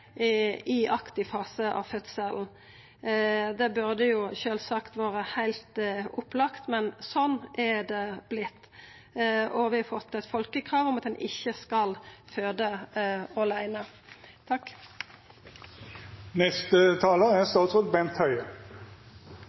i aktiv fase av fødselen. Det burde sjølvsagt vore heilt opplagt, men slik er det vorte, og vi har fått eit folkekrav om at ein ikkje skal føda åleine. Tiden før og etter fødsel er